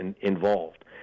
involved